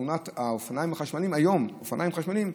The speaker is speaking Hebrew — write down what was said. תאונת האופניים החשמליים היום, אופניים חשמליים,